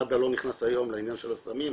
מד"א לא נכנס היום לעניין של הסמים,